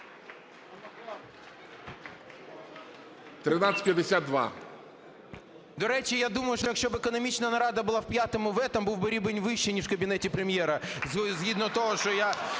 О.О. До речі, я думаю, що якщо б економічна нарада була в 5-В, там був би рівень вищий, ніж в Кабінеті Прем'єра, згідно того, що я